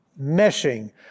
meshing